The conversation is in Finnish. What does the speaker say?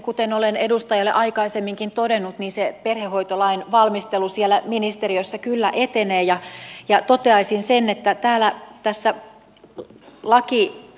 kuten olen edustajalle aikaisemminkin todennut niin se perhehoitolain valmistelu siellä ministeriössä kyllä etenee ja toteaisin sen että tässä on laki